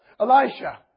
Elijah